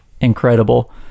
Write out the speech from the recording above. incredible